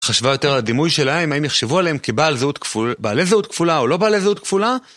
חשבה יותר על הדימוי שלהם, האם יחשבו עליהם כבעלי זהות כפולה, או לא בעלי זהות כפולה?